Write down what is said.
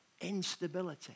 Instability